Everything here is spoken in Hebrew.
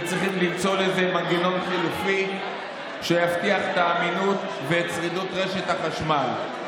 וצריכים למצוא לזה מנגנון חלופי שיבטיח את אמינות ושרידות רשת החשמל.